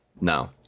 No